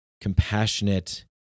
compassionate